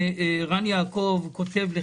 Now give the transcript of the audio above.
כל